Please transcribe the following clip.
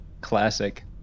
classic